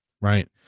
Right